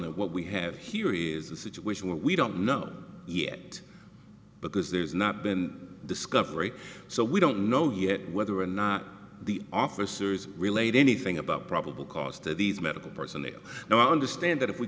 what we have here is a situation where we don't know yet because there's not been discovery so we don't know yet whether or not the officers relayed anything about probable cause to these medical personnel now i understand that if we